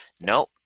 No